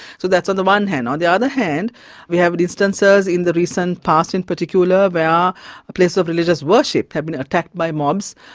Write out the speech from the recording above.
so that's on the one hand. on the other hand we have but instances in the recent past in particular where places of religious worship have been attacked by mobs,